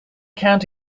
count